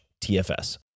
TFS